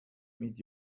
mit